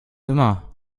immer